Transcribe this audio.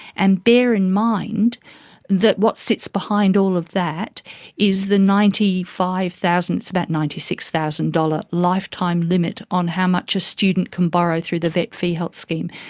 and bear in mind that what sits behind all of that is the ninety five thousand dollars, it's about ninety six thousand dollars lifetime limit on how much a student can borrow through the vet fee-help scheme.